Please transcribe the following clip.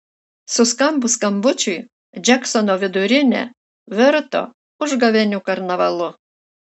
suskambus skambučiui džeksono vidurinė virto užgavėnių karnavalu